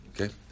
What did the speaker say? Okay